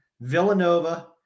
Villanova